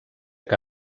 que